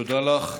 תודה לך.